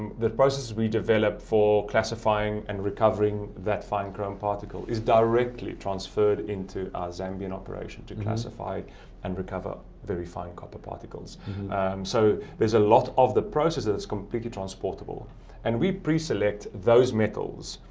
processes we develop for classifying and recovering that fine chrome particle is directly transferred into our zambian operation to classify and recover very fine copper particle's so, there's a lot of the process that is completely transportable and we pre-select those metals,